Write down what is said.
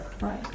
Right